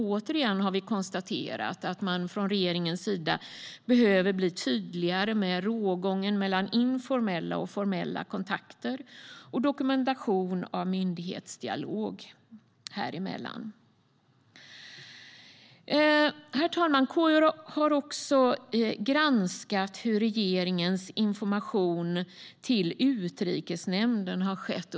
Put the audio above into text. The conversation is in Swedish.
Återigen har vi konstaterat att man från regeringens sida behöver bli tydligare med rågången mellan informella och formella kontakter och med dokumentation av myndighetsdialog häremellan. Herr talman! KU har också granskat hur regeringens information till Utrikesnämnden har skett.